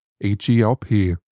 H-E-L-P